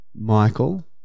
Michael